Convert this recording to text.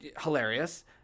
Hilarious